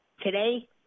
today